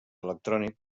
electrònic